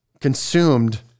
consumed